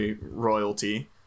royalty